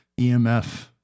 EMF